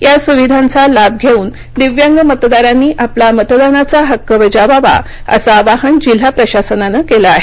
या सुविधांचा लाभ घेऊन दिव्यांग मतदारांनी आपला मतदानाचा हक्क बजावावा असं आवाइन जिल्हा प्रशासनानं केलं आहे